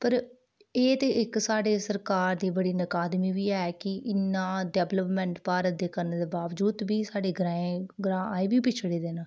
पर एह् ते साढ़ी सरकार दी बड़ी नाकदमी बी ऐ इन्ना डिब्पलप्मेंट भारत दे करने दे बाबजूद बी साढ़े ग्रां अजें बी पिछड़े दे न